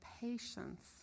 patience